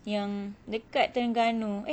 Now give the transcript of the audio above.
yang dekat terengganu eh